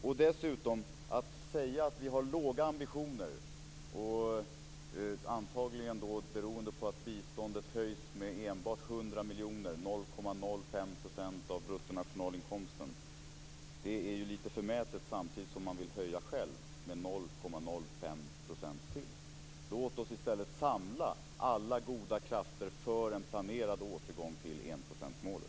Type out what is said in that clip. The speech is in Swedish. Att dessutom säga att vi har låga ambitioner, antagligen beroende på att biståndet höjs med enbart 100 miljoner kronor, 0,05 % av bruttonationalinkomsten, är lite förmätet samtidigt som man själv vill höja med 0,05 % till. Låt oss i stället samla alla goda krafter för en planerad återgång till enprocentsmålet.